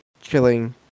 chilling